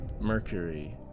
Mercury